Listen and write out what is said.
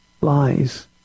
lies